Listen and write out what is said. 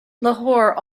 lahore